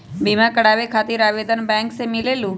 बिमा कराबे खातीर आवेदन बैंक से मिलेलु?